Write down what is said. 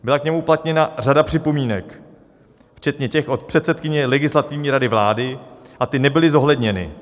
Byla k němu uplatněna řada připomínek, včetně těch od předsedkyně Legislativní rady vlády, a ty nebyly zohledněny.